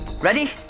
Ready